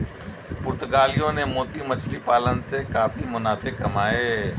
पुर्तगालियों ने मोती मछली पालन से काफी मुनाफे कमाए